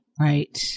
Right